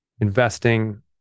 investing